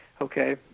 Okay